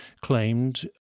claimed